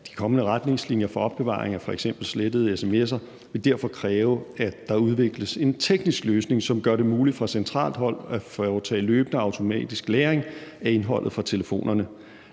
de kommende retningslinjer for opbevaring af f.eks. slettede sms'er vil derfor kræve, at der udvikles en teknisk løsning, som gør det muligt fra centralt hold at foretage løbende automatisk lagring af indholdet fra telefonerne.